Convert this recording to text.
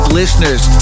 listeners